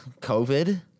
COVID